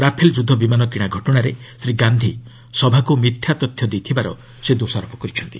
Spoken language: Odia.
ରାଫେଲ୍ ଯୁଦ୍ଧ ବିମାନ କିଣା ଘଟଣାରେ ଶ୍ରୀ ଗାନ୍ଧି ସଭାକୁ ମିଥ୍ୟା ତଥ୍ୟ ଦେଇଥିବାର ସେ ଦୋଷାରୋପ କରିଥିଲେ